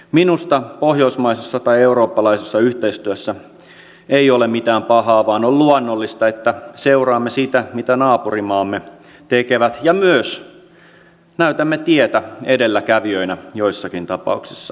minusta pohjoismaisessa tai eurooppalaisessa yhteistyössä ei ole mitään pahaa vaan on luonnollista että seuraamme sitä mitä naapurimaamme tekevät ja myös näytämme tietä edelläkävijöinä joissakin tapauksissa